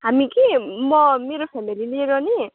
हामी कि म मेरो फ्यामिली लिएर नि